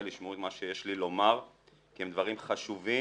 ישמעו את מה שיש לי לומר כי הם דברים חשובים,